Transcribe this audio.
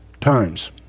times